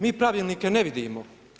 Mi pravilnike ne vidimo.